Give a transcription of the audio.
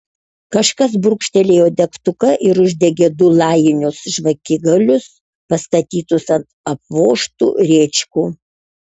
kažkas brūkštelėjo degtuką ir uždegė du lajinius žvakigalius pastatytus ant apvožtų rėčkų